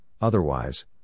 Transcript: otherwise